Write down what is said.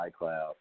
iCloud